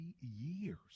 years